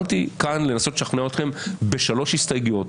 שמתי כאן לנסות לשכנע אתכם בשלוש הסתייגויות.